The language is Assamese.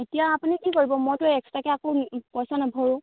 এতিয়া আপুনি কি কৰিব মইতো এক্সট্ৰাকে আকৌ পইচা নভৰোঁ